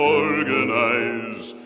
organize